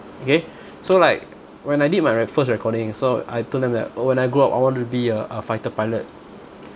okay so like when I did my re~ first recording so I told them that oh when I grow up I want to be a a fighter pilot